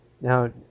now